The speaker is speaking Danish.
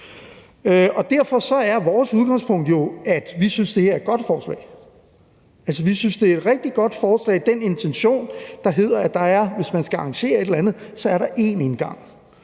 Derfor er vores udgangspunkt jo, at vi synes, det her er et godt forslag. Vi synes, det er et rigtig godt forslag, at der, hvis man skal arrangere et eller andet, er én indgang.